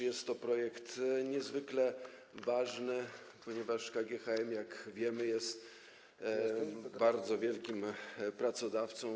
Jest to projekt niezwykle ważny, ponieważ KGHM, jak wiemy, jest bardzo wielkim pracodawcą.